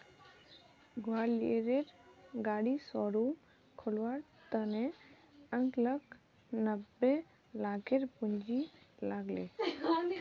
ग्वालियरेर गाड़ी शोरूम खोलवार त न अंकलक नब्बे लाखेर पूंजी लाग ले